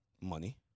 Money